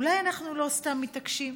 אולי אנחנו לא סתם מתעקשים?